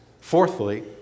Fourthly